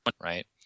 Right